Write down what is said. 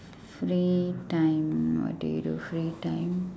free time what do you do free time